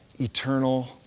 eternal